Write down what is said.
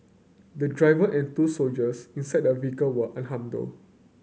the driver and two soldiers inside the vehicle were unharmed though